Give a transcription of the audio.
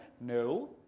No